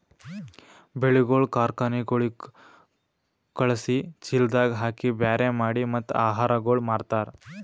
ಬೆಳಿಗೊಳ್ ಕಾರ್ಖನೆಗೊಳಿಗ್ ಖಳುಸಿ, ಚೀಲದಾಗ್ ಹಾಕಿ ಬ್ಯಾರೆ ಮಾಡಿ ಮತ್ತ ಆಹಾರಗೊಳ್ ಮಾರ್ತಾರ್